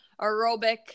aerobic